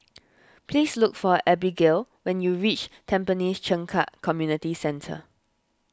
please look for Abigayle when you reach Tampines Changkat Community Centre